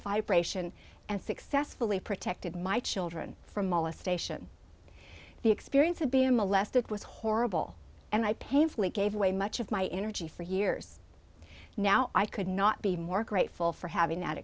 vibration and successfully protected my children from molestation the experience of being molested was horrible and i painfully gave way much of my energy for years now i could not be more grateful for having that